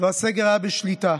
והסגר היה בשליטה.